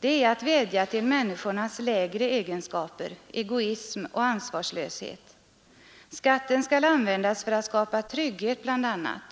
Det är att vädja till människornas lägre egenskaper, egoism och ansvarslöshet. Skatten skall användas bl.a. för att skapa trygghet